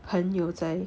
朋友在